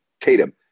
tatum